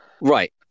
Right